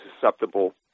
susceptible